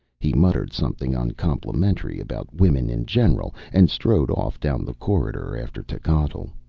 he muttered something uncomplimentary about women in general, and strode off down the corridor after techotl.